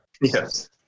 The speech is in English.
Yes